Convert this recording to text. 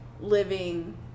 living